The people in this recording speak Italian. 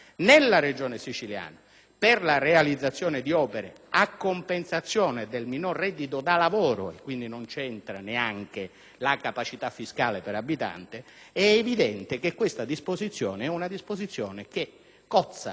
per la realizzazione di opere a compensazione del minor reddito da lavoro, quindi non c'entra neanche la capacità fiscale per abitante, è evidente che questa disposizione cozza, in maniera chiara, con